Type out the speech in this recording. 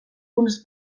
unes